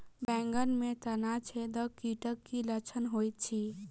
बैंगन मे तना छेदक कीटक की लक्षण होइत अछि?